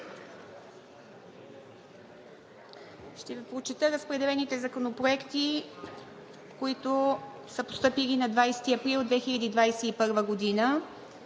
Ще Ви прочета разпределените законопроекти, които са постъпили на 20 април 2021 г.: